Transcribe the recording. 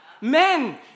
Men